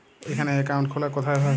এখানে অ্যাকাউন্ট খোলা কোথায় হয়?